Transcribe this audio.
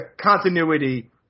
continuity